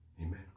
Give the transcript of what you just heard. Amen